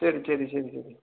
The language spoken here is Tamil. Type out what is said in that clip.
சரி சரி சரி சரி